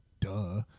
duh